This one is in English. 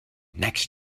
next